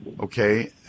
Okay